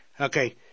Okay